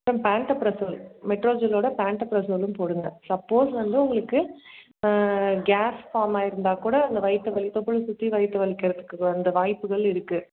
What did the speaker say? அப்புறம் பேண்டோபிரசோல் மெட்ரோஜெல்லோட பேண்டோபிசோலும் போடுங்கள் சப்போஸ் வந்து உங்களுக்கு கேஸ் ஃபார்ம் ஆயிருந்தால் கூட அந்த வயிற்று வலி தொப்புளை சுற்றி வயிற்று வலிக்கிறத்துக்கு அந்த வாய்ப்புகள் இருக்குது